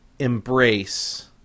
embrace